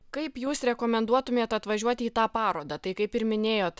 kaip jūs rekomenduotumėt atvažiuoti į tą parodą tai kaip ir minėjot